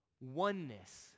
oneness